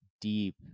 deep